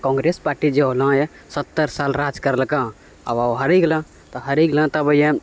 Congress party जे होलऽ हँ सत्तर साल राज करलकै आओर हारि गेलऽ तऽ हारि गेलऽ तब